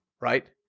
right